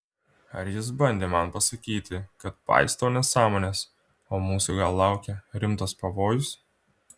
ar jis bandė man pasakyti kad paistau nesąmones o mūsų gal laukia rimtas pavojus